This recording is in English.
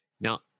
Now